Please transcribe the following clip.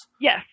Yes